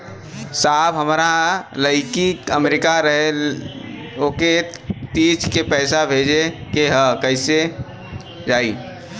साहब हमार लईकी अमेरिका रहेले ओके तीज क पैसा भेजे के ह पैसा कईसे जाई?